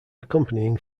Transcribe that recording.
accompanying